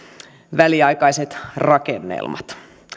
väliaikaiset rakennelmat